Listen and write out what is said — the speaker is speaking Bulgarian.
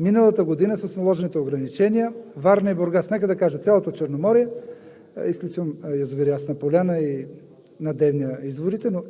Миналата година с наложените ограничения Варна и Бургас… Нека да кажа: цялото Черноморие,